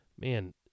man